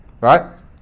right